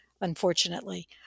unfortunately